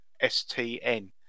S-T-N